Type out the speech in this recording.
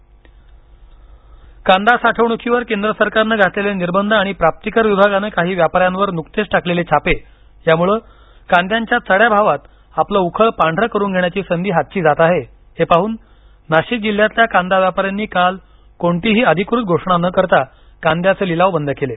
कांदा कांदा साठवणुकीवर केंद्र सरकारनं घातलेले निर्बंध आणि प्राप्तीकर विभागानं काही व्यापाऱ्यांवर नुकतेच टाकलेले छापे यामुळे कांद्याच्या चढ्याभावात आपलं उखळ पांढरं करून घेण्याची संधी हातची जात आहे हे पाहून नाशिक जिल्ह्यातील कांदा व्यापाऱ्यांनी काल कोणतीही अधिकृत घोषणा न करता कांद्याचे लिलाव बंद केले